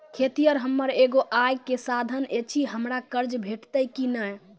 खेतीये हमर एगो आय के साधन ऐछि, हमरा कर्ज भेटतै कि नै?